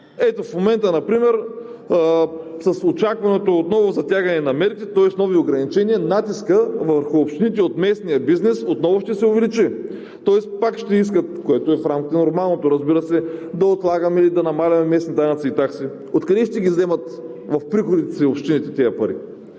Ето в момента например с очакваното отново затягане на мерките, тоест нови ограничения, натискът върху общините от местния бизнес отново ще се увеличи. Тоест пак ще искат, което е в рамките на нормалното, разбира се, да отлагаме ли, да намаляваме ли местните данъци и такси. Откъде ще ги вземат в приходите си общините тези пари?